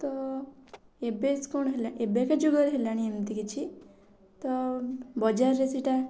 ତ ଏବେ କ'ଣ ହେଲା ଏବେକା ଯୁଗରେ ହେଲାଣି ଏମିତି କିଛି ତ ବଜାରରେ ସେଇଟା